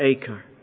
Acre